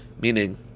Meaning